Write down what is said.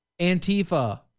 Antifa